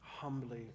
humbly